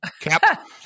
cap